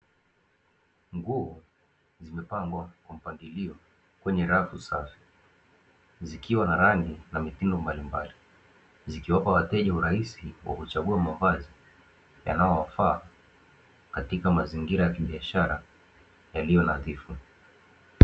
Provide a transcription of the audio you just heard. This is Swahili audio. Nguo zimepangwa kwa mpangilio kwenye rafu safi, zikiwa na rangi na mitindo mbalimbali. Zikiwapa wateja urahisi wa kuchagua mavazi yanaowafaa katika mazingira ya kibiashara yaliyo nadhifu.